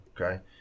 okay